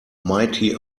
mighty